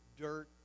dirt